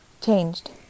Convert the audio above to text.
changed